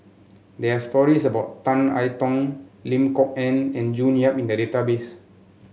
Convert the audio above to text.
there are stories about Tan I Tong Lim Kok Ann and June Yap in the database